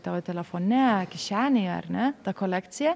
tavo telefone kišenėje ar ne ta kolekcija